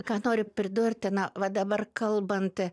ką noriu pridurti na va dabar kalbant